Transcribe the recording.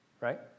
right